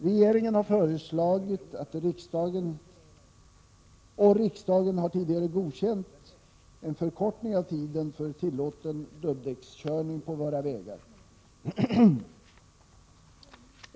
Regeringen har föreslagit — och riksdagen har tidigare godkänt — en förkortning av tiden för tillåten körning med dubbdäck på våra vägar.